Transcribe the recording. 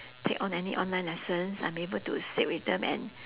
take on any online lessons I'm be able to sit with them and